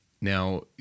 Now